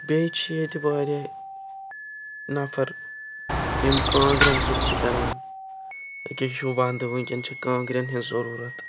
بیٚیہِ چھ ییٚتہِ واریاہ نَفَر یِم کانٛگرٮ۪ن سۭتۍ چھِ کَران أکی چھُ وَنٛدٕ وُنکٮ۪س چھِ کانٛگرٮ۪ن ہٕنٛز ضروٗرت